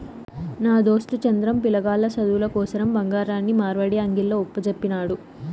నా దోస్తు చంద్రం, పిలగాల్ల సదువుల కోసరం బంగారాన్ని మార్వడీ అంగిల్ల ఒప్పజెప్పినాడు